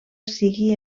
sigui